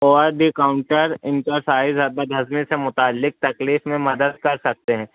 اور بی کاؤنٹر ان کا سائز اور بد ہضمی سے متعلق تکلیف میں مدد کرسکتے ہیں